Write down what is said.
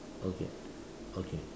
okay okay